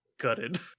gutted